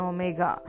Omega